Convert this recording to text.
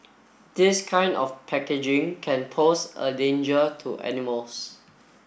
this kind of packaging can pose a danger to animals